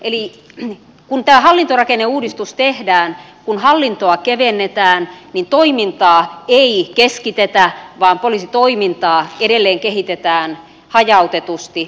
eli kun tämä hallintorakenneuudistus tehdään kun hallintoa kevennetään niin toimintaa ei keskitetä vaan poliisitoimintaa edelleen kehitetään hajautetusti